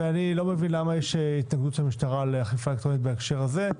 אני לא מבין למה יש התנגדות של המשטרה לאכיפה אלקטרונית בהקשר הזה.